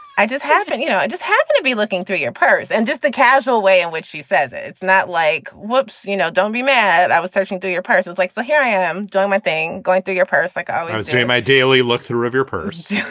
i just happened, you know, i just happened to be looking through your purse and just the casual way in which she says it's not like, well, you know, don't be mad. i was searching through your purse was like, so here i am doing my thing, going through your purse like i was doing my daily look through of your purse,